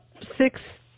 six